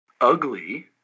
ugly